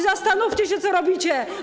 Zastanówcie się, co robicie.